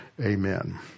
Amen